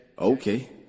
Okay